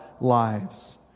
lives